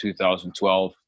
2012